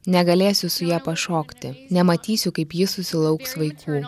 negalėsiu su ja pašokti nematysiu kaip ji susilauks vaikų